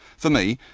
for me,